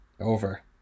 Over